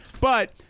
But-